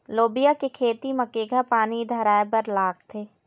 लोबिया के खेती म केघा पानी धराएबर लागथे?